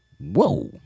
whoa